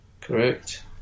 Correct